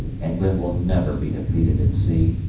england will never be defeated at sea.